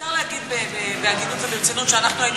אפשר להגיד בהגינות וברצינות שאנחנו היינו